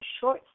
short